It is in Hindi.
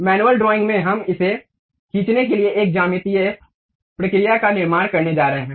मैनुअल ड्राइंग में हम इसे खींचने के लिए एक ज्यामितीय प्रक्रिया का निर्माण करने जा रहे हैं